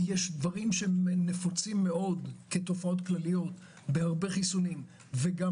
יש דברים שנפצים מאוד כתופעות כלליות בהרבה חיסונים וגם